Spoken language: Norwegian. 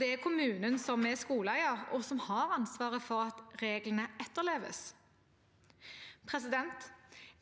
Det er kommunen som er skoleeier, og som har ansvaret for at reglene etterleves.